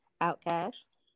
Outcast